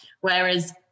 Whereas